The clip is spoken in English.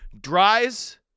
Dries